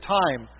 time